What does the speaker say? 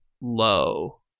low